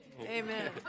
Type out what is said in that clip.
Amen